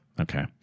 Okay